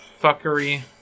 fuckery